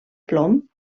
plom